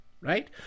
right